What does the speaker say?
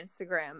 Instagram